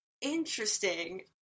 interesting